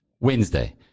Wednesday